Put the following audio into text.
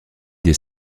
des